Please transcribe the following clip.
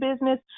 business